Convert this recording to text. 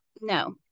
No